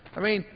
i mean,